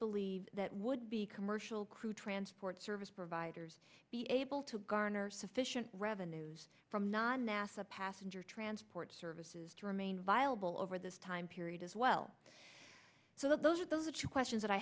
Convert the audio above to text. believe that would be commercial crew transport service providers be able to garner sufficient revenues from non nasa passenger transport services to remain viable over this time period as well so those are the two questions that i